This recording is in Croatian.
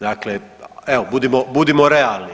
Dakle, evo budimo realni.